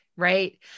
Right